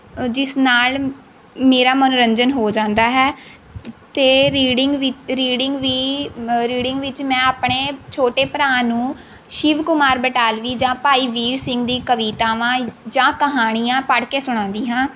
ਜਿਸ ਨਾਲ ਮੇਰਾ ਮਨੋਰੰਜਨ ਹੋ ਜਾਂਦਾ ਹੈ ਅਤੇ ਰੀਡਿੰਗ ਵੀ ਰੀਡਿੰਗ ਵੀ ਰੀਡਿੰਗ ਵਿੱਚ ਮੈਂ ਆਪਣੇ ਛੋਟੇ ਭਰਾ ਨੂੰ ਸ਼ਿਵ ਕੁਮਾਲ ਬਟਾਵਲੀ ਜਾਂ ਭਾਈ ਵੀਰ ਸਿੰਘ ਦੀ ਕਵਿਤਾਵਾਂ ਜਾਂ ਕਹਾਣੀਆਂ ਪੜ੍ਹ ਕੇ ਸੁਣਾਉਂਦੀ ਹਾਂ